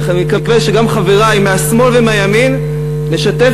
אני מקווה שגם חברי מהשמאל ומהימין נשתף